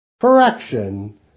correction